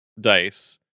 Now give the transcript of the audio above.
dice